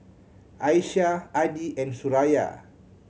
Aisyah Adi and Suraya